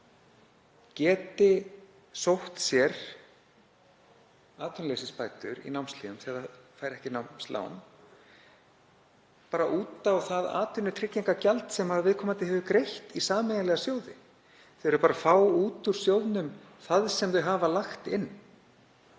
vinnu geti sótt sér atvinnuleysisbætur í námshléum þegar það fær ekki námslán, bara út á það atvinnutryggingagjald sem viðkomandi hefur greitt í sameiginlega sjóði. Þau vilja bara fá út úr sjóðnum það sem þau hafa lagt inn.